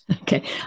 Okay